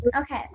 Okay